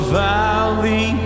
valley